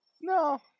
No